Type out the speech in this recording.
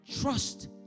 Trust